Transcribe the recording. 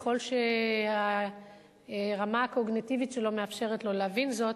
ככל שהרמה הקוגניטיבית שלו מאפשרת לו להבין זאת,